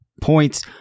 points